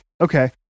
okay